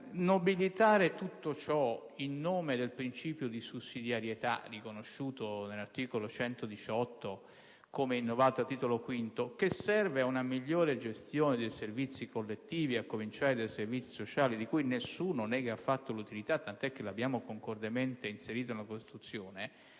Nobilitare tutto ciò in nome del principio di sussidiarietà, riconosciuto dall'articolo 118, come innovato con la riforma del Titolo V, che serve ad una migliore gestione dei servizi collettivi, a cominciare dai servizi sociali, di cui nessuno nega l'utilità, tanto è vero che lo abbiamo concordemente inserito nella Costituzione,